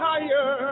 Higher